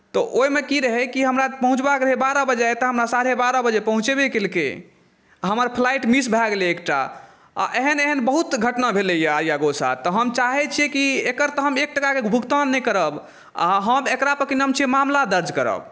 तऽ ओहिमे की रहै कि हमरा पहुँचबाक रहै बारह बजे एतऽ हमरा साढ़े बारह बजे पहुँचेबे केलकै आ हमर फ्लाइट मिस भए गेलै एकटा आ एहेन एहेन बहुत घटना भेलैया आर्यागो साथ तऽ हम चाहै छियै कि एकर तऽ हम एक टाकाके भुगतान नहि करब आ हम एकरा पर की नाम छियै मामला दर्ज करब